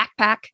backpack